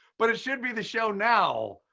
but should be the show now.